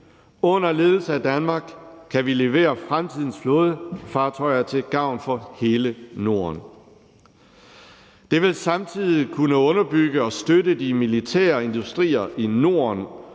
Under ledelse af Danmark kan vi levere fremtidens flådefartøjer til gavn for hele Norden. Det vil samtidig kunne underbygge og støtte de militære industrier i Norden